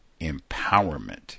empowerment